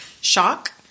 shock